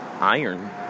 Iron